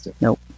Nope